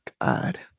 God